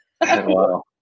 Wow